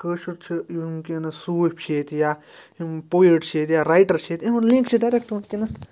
کٲشُر چھُ یِم وٕنۍکٮ۪نَس سوٗفۍ چھِ ییٚتہِ یا یِم پویٹ چھِ ییٚتہِ یا رایٹَر چھِ ییٚتہِ یِہُنٛد لِنٛک چھِ ڈایریکٹ وٕنۍکٮ۪نَس